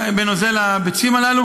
בנוזל הביצים הזה.